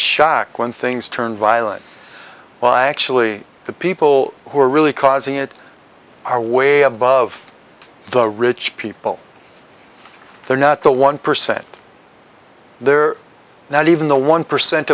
shock when things turn violent well actually the people who are really causing it are way above the rich people they're not the one percent they're not even the one percent